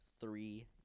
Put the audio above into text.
three